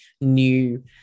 new